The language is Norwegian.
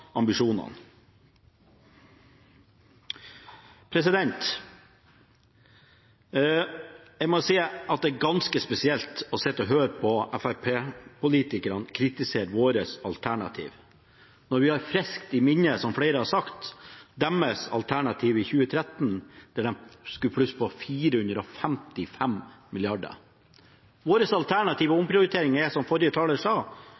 ambisjonene. Jeg må si at det er ganske spesielt å sitte og høre fremskrittspartipolitikerne kritisere vårt alternativ, når vi, som flere har sagt, har friskt i minne deres alternativ i 2013, da de skulle plusse på 455 mrd. kr. Vår alternative omprioritering er, som forrige taler sa,